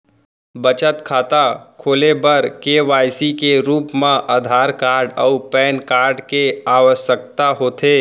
बचत खाता खोले बर के.वाइ.सी के रूप मा आधार कार्ड अऊ पैन कार्ड के आवसकता होथे